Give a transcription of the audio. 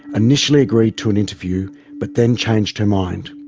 initially agreed to an interview but then changed her mind.